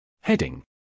Heading